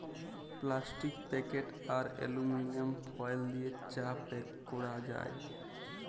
plastic packet আর aluminium foil দিয়ে চা প্যাক ক্যরা যায়